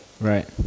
right